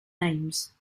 names